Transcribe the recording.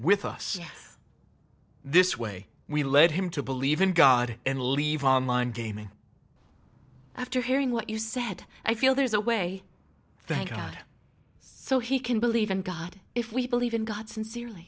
with us this way we led him to believe in god and leave online gaming after hearing what you said i feel there is a way thank god so he can believe in god if we believe in god